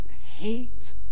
hate